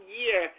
year